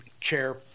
chair